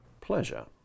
Pleasure